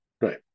Right